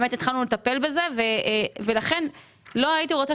באמת התחלנו לטפל בזה ולכן לא הייתי רוצה